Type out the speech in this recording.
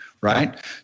Right